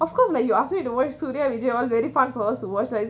of course like you ask me to watch Surya Vijay: surya vijay very fun for us to watch ya